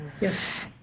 yes